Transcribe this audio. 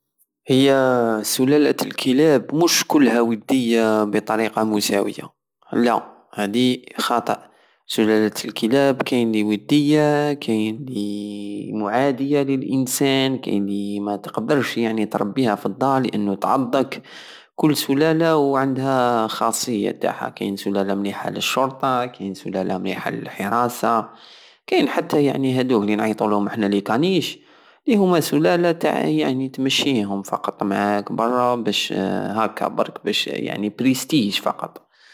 هي سلالة الكلاب مش كلها ودية بطريقة مساوية، لا هادي خطأ سلالة الكلاب كاين الي ودية كاين الي معادية للإنسان كاين الي متقدرش تربيها فالدار لأنو تعضك كل سلالة وعندها الخاصية تاعها كاين سلالة مليحة لشرطة كاين سلالة مليحة للحراصة كاين حتى يعني هادوك لي نعيطولهم حنا ليكانيش ليهوما سلالة تع يعني تمشيهم فقط معاك برا بش هكا برك بش يعني بريستيج فقط